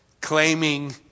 claiming